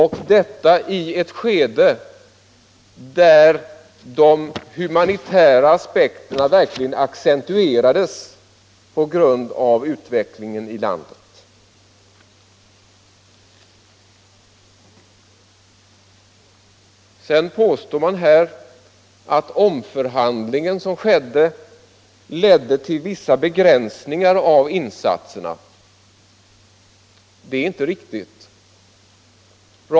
Och detta i ett skede där de humanitära aspekterna verkligen accentuerades på grund av utvecklingen i landet. Man påstår att den omförhandling som ägde rum ledde till vissa begränsningar av insatserna. Det är inte riktigt.